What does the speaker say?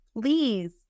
please